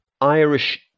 Irish